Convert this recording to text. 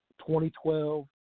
2012